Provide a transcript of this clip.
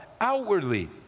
outwardly